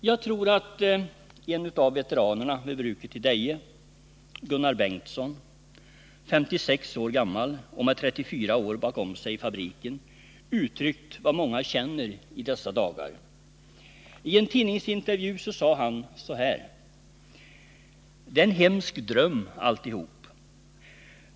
Jag tror att en av veteranerna vid bruket i Deje — Gunnar Bengtsson, 56 år gammal och med 34 år bakom sig i fabriken — uttryckt vad många i dessa dagar känner. I en tidningsintervju sade han så här: Det är som en hemsk dröm alltihop.